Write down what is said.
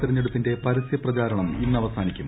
തെരഞ്ഞെടുപ്പിന്റെ പരസ്യപ്രചാരണം ഇന്ന് അവസാനിക്കും